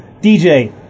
DJ